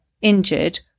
injured